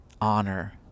honor